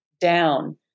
down